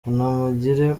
kanamugire